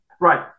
right